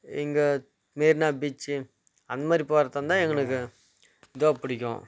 இங்க மெரினா பீச் அந்தமாதிரி போகிறதா இருந்தால் எங்களுக்கு இதுவாக பிடிக்கும்